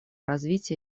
развития